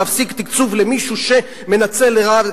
להפסיק תקצוב למישהו שמנצל לרעה,